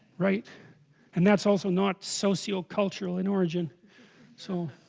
right and that's also not socio-cultural in origin so